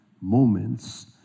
moments